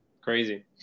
Crazy